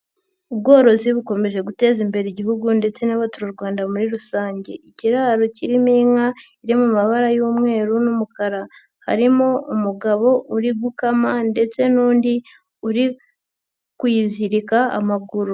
Ubworozi bukomeje guteza imbere Igihugu ndetse n'Abaturarwanda muri rusange, ikiraro kirimo inka iri mu mabara y'umweru n'umukara, harimo umugabo uri gukama ndetse n'undi uri kuyizirika amaguru.